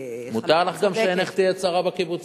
מותר לך גם שעינך תהיה צרה בקיבוצים.